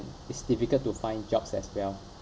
it's difficult to find jobs as well